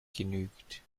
genügt